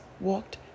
walked